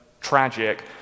tragic